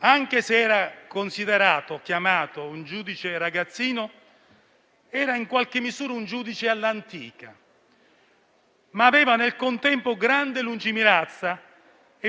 Anche se era considerato e definito «il giudice ragazzino», era in qualche misura un giudice all'antica, ma aveva nel contempo grande lungimiranza: